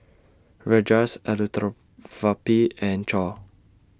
Rajesh and Choor